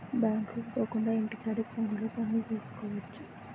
బ్యాంకుకు పోకుండా ఇంటి కాడే ఫోనులో పనులు సేసుకువచ్చు